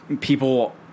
people